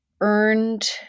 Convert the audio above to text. earned